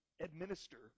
administer